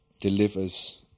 delivers